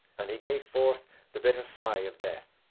and he gave forth the bitter sigh of death,